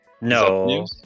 No